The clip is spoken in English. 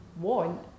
want